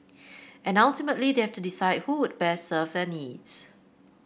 and ultimately they have to decide who would best serve their needs